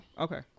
Okay